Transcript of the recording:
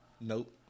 Nope